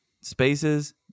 spaces